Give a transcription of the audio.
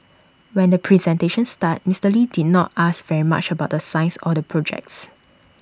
when the presentation started Mister lee did not ask very much about the science or the projects